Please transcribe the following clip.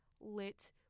lit